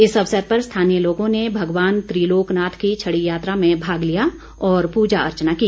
इस अवसर पर स्थानीय लोगों ने भगवान त्रिलोकनाथ की छड़ी यात्रा में भाग लिया और पूजा अर्चना की